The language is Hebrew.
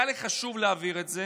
היה לי חשוב להבהיר את זה,